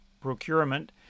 procurement